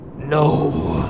No